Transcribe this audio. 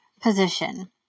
position